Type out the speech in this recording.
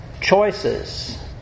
Choices